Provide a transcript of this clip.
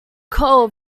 coal